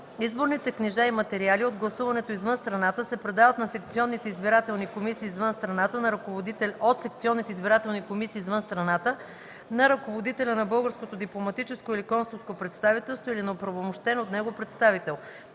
Изборните книжа и материали от гласуването извън страната се предават от секционните избирателни комисии извън страната на ръководителя на българското дипломатическо или консулско представителство или на оправомощен от него представител.